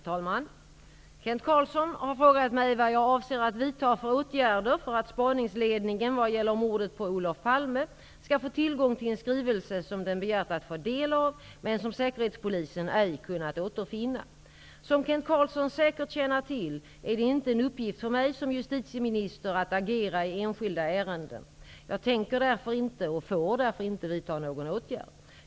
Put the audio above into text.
Herr talman! Kent Carlsson har frågat mig vad jag avser att vidtaga för åtgärder för att spaningsledningen vad gäller mordet på Olof Palme skall få tillgång till en skrivelse som den begärt att få del av, men som Säkerhetspolisen ej kunnat återfinna. Som Kent Carlsson säkert känner till är det inte en uppgift för mig som justitieminister att agera i enskilda ärenden. Jag tänker därför inte, och får därför inte, vidta någon åtgärd.